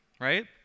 right